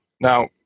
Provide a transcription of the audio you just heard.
Now